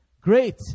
Great